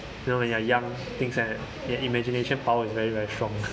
you know when you are young things that your imagination power is very very strong